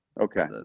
Okay